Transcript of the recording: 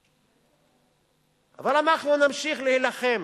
אבל אנחנו נמשיך להילחם.